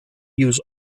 use